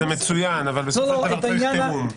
זה מצוין, אבל בסופו של דבר צריך תיאום.